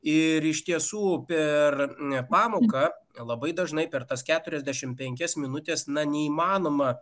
ir iš tiesų upė ar ne pamoka labai dažnai per tas keturiasdešimt penkias minutes na neįmanoma